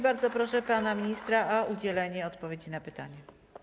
Bardzo proszę pana ministra o udzielenie odpowiedzi na pytanie.